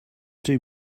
too